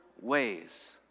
ways